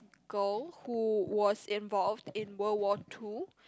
girl who was involved in World War Two